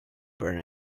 burn